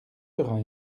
sera